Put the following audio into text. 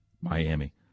Miami